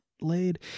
laid